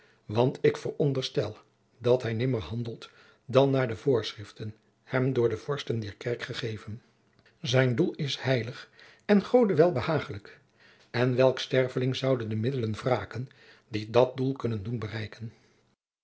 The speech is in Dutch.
want ik veronderstel dat hij nimmer handelt dan naar de voorschriften hem door de vorsten dier kerk gegeven zijn doel is heilig en gode welbehagelijk en welk sterveling zoude de middelen jacob van lennep de pleegzoon wraken die dat doel kunnen doen bereiken